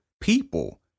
people